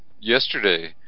yesterday